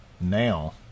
now